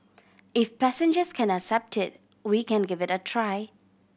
if passengers can accept it we can give it a try